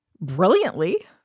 brilliantly